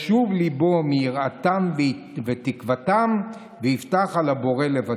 ישוב ליבו מיראתם ותקוותם, ויבטח על הבורא לבדו".